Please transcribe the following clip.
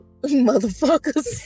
motherfuckers